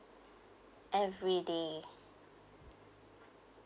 everyday